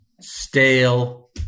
Stale